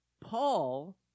Paul